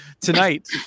tonight